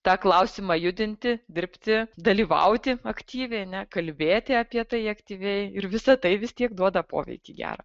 tą klausimą judinti dirbti dalyvauti aktyviai a ne kalbėti apie tai aktyviai ir visa tai vis tiek duoda poveikį gerą